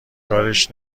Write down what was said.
کارش